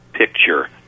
Picture